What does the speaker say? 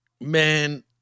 man